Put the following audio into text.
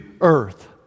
earth